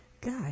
God